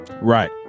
right